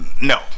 no